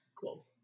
cool